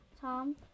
Tom